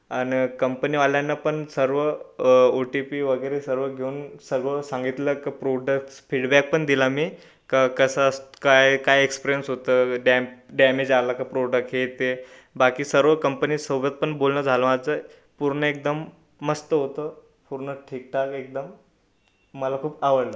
अन् कंपनीवाल्यांना पण सर्व ओ टी पी वगैरे सर्व घेऊन सर्व सांगितलं की प्रोडक्स फीडबॅक पण दिला मी का कसं स् काय काय एक्सपरीअन्स होतं डॅम डॅमेज आला का प्रोडक हे ते बाकी सर्व कंपनीसोबत पण बोलणं झालं आचं पूर्ण एकदम मस्त होतं पूर्ण ठीकठाक एकदम मला खूप आवडलं